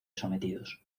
sometidos